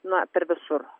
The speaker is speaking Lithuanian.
na per visur